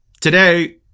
Today